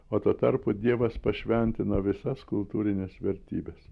o tuo tarpu dievas pašventino visas kultūrines vertybes